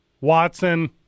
Watson